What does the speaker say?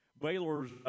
Baylor's –